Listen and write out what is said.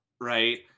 right